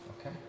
okay